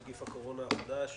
נגיף הקורונה החדש)